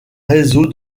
réseau